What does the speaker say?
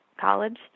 college